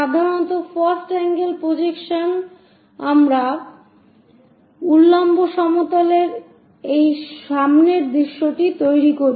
সাধারণত first angle projection আমরা উল্লম্ব সমতলের এই সামনের দৃশ্যটি তৈরি করি